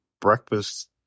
breakfast